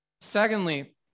Secondly